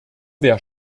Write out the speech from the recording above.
wer